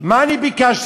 מה אני ביקשתי?